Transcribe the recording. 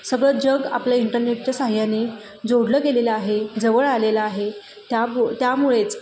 सगळं जग आपल्या इंटरनेटच्या साहाय्याने जोडलं गेलेलं आहे जवळ आलेला आहे त्याबू त्यामुळेच